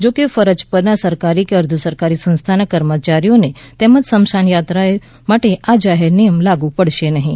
જોકે ફરજ પરના સરકારી કે અર્ધસરકારી સંસ્થાના કર્મચારીઓને તેમજ સ્મશાનયાત્રાને આ જાહેરનામું લાગુ પડશે નહીં